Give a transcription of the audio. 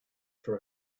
for